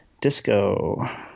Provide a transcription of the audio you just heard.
Disco